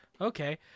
okay